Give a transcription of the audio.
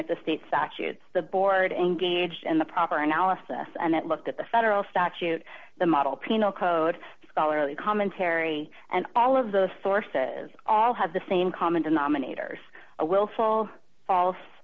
at the state statutes the board engaged in the proper analysis and it looked at the federal statute the model penal code scholarly commentary and all of those sources all have the same common denominators a willful false